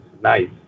nice